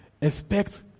Expect